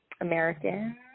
american